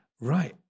right